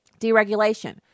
Deregulation